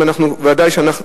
מה עושים בעניין הזה?